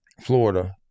florida